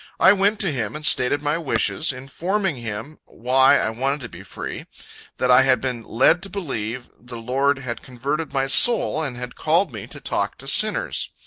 i went to him, and stated my wishes, informing him why i wanted to be free that i had been led to believe the lord had converted my soul, and had called me to talk to sinners.